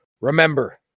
Remember